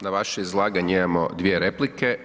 Na vaše izlaganje imamo dvije replike.